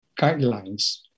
guidelines